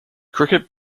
cricket